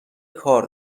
کار